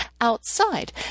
outside